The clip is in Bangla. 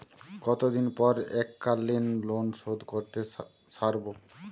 কতদিন পর এককালিন লোনশোধ করতে সারব?